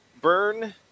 Burn